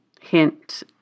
hint